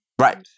Right